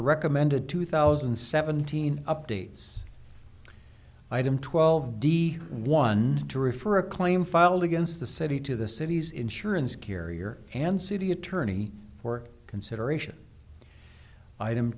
the recommended two thousand and seventeen updates item twelve d one to refer a claim filed against the city to the city's insurance carrier and city attorney for consideration item